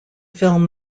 film